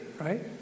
right